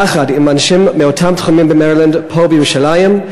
אנשים מאותם תחומים ממרילנד יחד פה בירושלים,